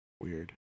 Weird